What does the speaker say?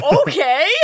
Okay